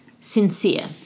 sincere